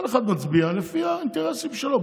כל אחד מצביע לפי האינטרסים שלו.